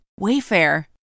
Wayfair